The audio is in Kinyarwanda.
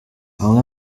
bamwe